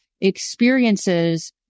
experiences